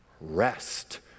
rest